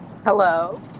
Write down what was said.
hello